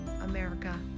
America